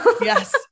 Yes